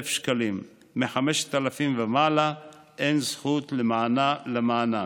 1,000 שקלים, מ-5,000 ומעלה, אין זכות למענק.